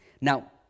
now